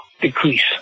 decrease